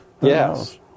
Yes